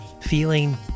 feeling